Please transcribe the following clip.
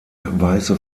weiße